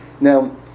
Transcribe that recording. Now